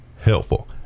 helpful